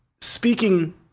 speaking